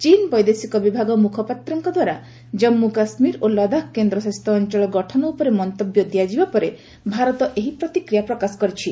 ଚୀନ୍ ବୈଦେଶିକ ବିଭାଗ ମୁଖପାତ୍ରଙ୍କଦ୍ୱାରା ଜନ୍ମୁ କାଶ୍ମୀର ଓ ଲଦାଖ୍ କେନ୍ଦ୍ରଶାସିତ ଅଞ୍ଚଳ ଗଠନ ଉପରେ ମନ୍ତବ୍ୟ ଦିଆଯିବା ପରେ ଭାରତ ଏହି ପ୍ରତିକ୍ରିୟା ପ୍ରକାଶ କରିଛି